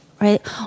right